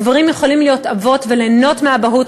גברים יכולים להיות אבות וליהנות מאבהות,